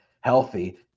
healthy